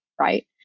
Right